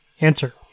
Answer